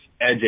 edge